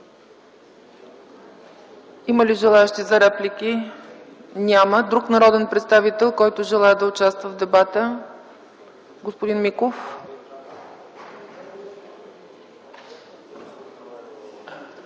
ЦЕЦКА ЦАЧЕВА: Реплики? Няма. Друг народен представител, който желае да участва в дебата? Господин Миков.